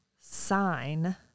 sign